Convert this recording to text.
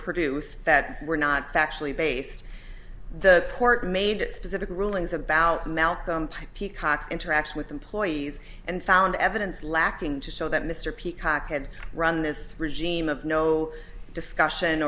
produced that were not actually based the court made specific rulings about malcolm peacock interaction with employees and found evidence lacking to show that mr peacocke had run this regime of no discussion